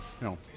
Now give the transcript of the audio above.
No